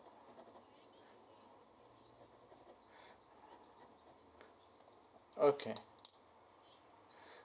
okay